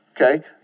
okay